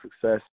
success